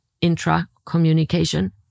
intra-communication